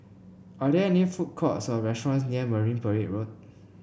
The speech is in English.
are there any food courts or restaurants near Marine Parade Road